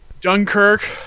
Dunkirk